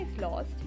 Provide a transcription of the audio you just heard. Lost